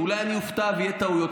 ואולי אני אופתע ויהיו טעויות,